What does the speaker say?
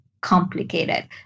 complicated